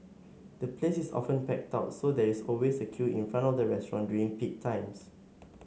the place is often packed out so there is always a queue in front of the restaurant during peak times